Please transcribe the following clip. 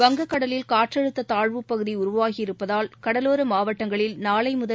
வங்கக் கடலில் காற்றழுத்ததாழ்வுப் பகுதிஉருவாகியிருப்பதால் கடலோரமாவட்டங்களில் நாளைமுதல்